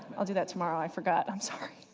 i'll do that tomorrow, i forgot, um sorry.